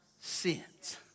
sins